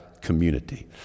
community